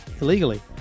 illegally